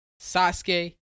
Sasuke